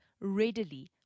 readily